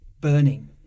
burning